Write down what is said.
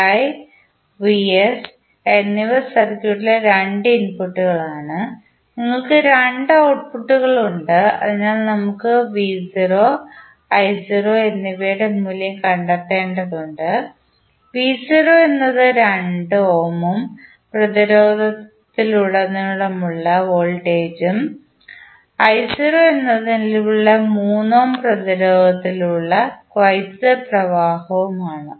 vi vs എന്നിവ സർക്യൂട്ടിലെ രണ്ട് ഇൻപുട്ടുകളാണ് നിങ്ങൾക്ക് രണ്ട് ഔട്ട്പുട്ട്കൾ ഉണ്ട് അതിനാൽ നമുക്ക് v0 i0 എന്നിവയുടെ മൂല്യം കണ്ടെത്തേണ്ടതുണ്ട് v0 എന്നത് 2 ഓം പ്രതിരോധത്തിലുടനീളമുള്ള വോൾട്ടേജും i0 ആണ് നിലവിലുള്ള 3 ഓം പ്രതിരോധത്തിലൂടെ വൈദ്യുതി പ്രവാഹം ആണ്